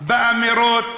באמירות,